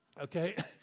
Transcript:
Okay